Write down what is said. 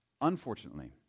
unfortunately